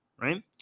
Right